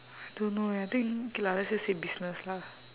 don't know leh think okay lah let's just say business lah